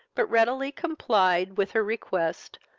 but readily complied with her request,